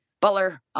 Butler